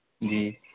جی